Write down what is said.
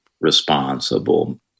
responsible